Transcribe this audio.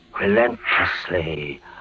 relentlessly